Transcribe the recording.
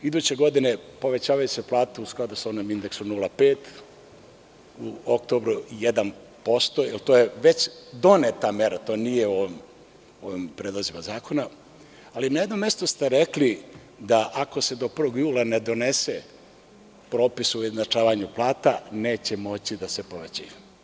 Iduće godine se povećavaju plate u skladu sa onim indeksom 0,5, u oktobru 1%, jer to je već doneta mera i to nije u ovim predlozima zakona, ali i na jednom mestu ste rekli da ako se do 1. jula ne donese propis o ujednačavanju plata, neće moći da se povećaju.